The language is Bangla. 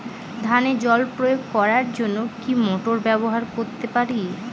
ধানে জল প্রয়োগ করার জন্য কি মোটর ব্যবহার করতে পারি?